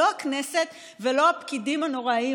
זה לא הכנסת ולא הפקידים הנוראיים,